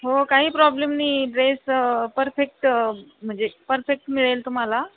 हो काही प्रॉब्लेम नाही ड्रेस परफेक्ट म्हणजे परफेक्ट मिळेल तुम्हाला